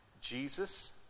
Jesus